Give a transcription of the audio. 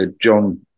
John